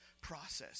process